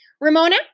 Ramona